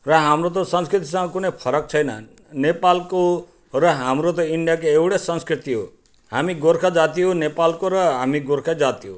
र हाम्रो त संस्कृतिसँग कुनै फरक छैन नेपालको र हाम्रो त इन्डियाको एउटै संस्कृति हो हामी गोर्खा जाति हो नेपालको र हामी गोर्खा जाति हो